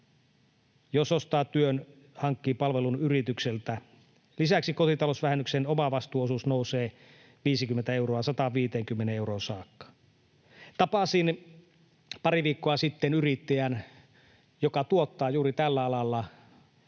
jos ostaa työn tai hankkii palvelun yritykseltä. Lisäksi kotitalousvähennyksen omavastuuosuus nousee 50 euroa 150 euroon saakka. Tapasin pari viikkoa sitten yrittäjän, joka tuottaa juuri tällä alalla